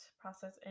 process